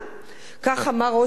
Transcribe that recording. כך אמר ראש הממשלה: